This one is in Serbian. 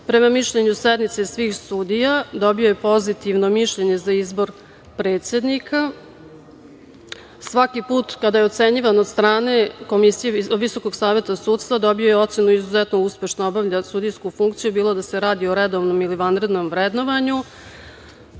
mišljenju sednice svih sudija dobio je pozitivno mišljenje za izbor predsednika. Svaki put kada je ocenjivano od strane Komisije Visokog saveta sudstva dobio je ocenu - izuzetno uspešno obavlja sudijsku funkciju, bilo da se radi o redovnom ili vanrednom vrednovanju. Komisija